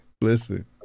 Listen